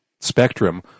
spectrum